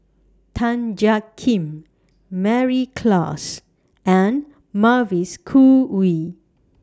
Tan Jiak Kim Mary Klass and Mavis Khoo Oei